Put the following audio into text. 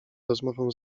rozmową